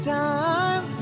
time